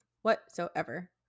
whatsoever